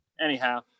Anyhow